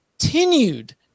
continued